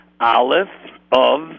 Aleph-of